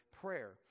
prayer